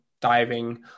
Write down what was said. diving